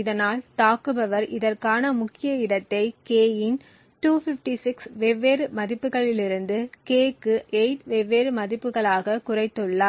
இதனால் தாக்குபவர் இதற்கான முக்கிய இடத்தை k இன் 256 வெவ்வேறு மதிப்புகளிலிருந்து k க்கு 8 வெவ்வேறு மதிப்புகளாக குறைத்துள்ளார்